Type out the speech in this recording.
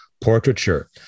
portraiture